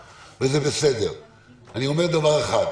לכן מה שהצעתי כאן זה, שבמקרה שקורה דבר כזה,